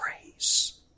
praise